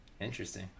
interesting